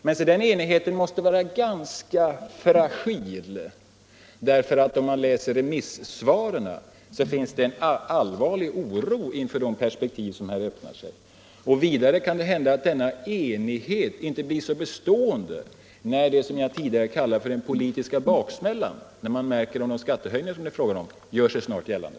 Men den enigheten måste vara ganska fragil, därför att om man läser remissvaren finner man en allvarlig oro inför de perspektiv som här öppnar sig. Vidare kan det hända att denna enighet inte blir så bestående när det som jag tidigare kallade för den politiska baksmällan, dvs. när man märker vilka skattehöjningar det rör sig om, snart gör sig gällande.